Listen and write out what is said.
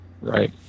Right